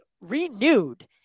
renewed